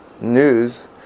news